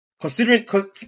Considering